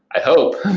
i hope,